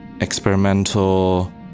experimental